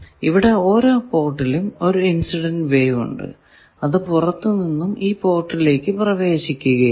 ഇവിടെ ഓരോ പോർട്ടിലും ഒരു ഇൻസിഡന്റ് വേവ് ഉണ്ട് അത് പുറത്തു നിന്നും ഈ പോർട്ടിലേക്കു പ്രവേശിക്കുകയാണ്